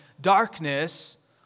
darkness